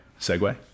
Segue